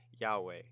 Yahweh